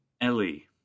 Ellie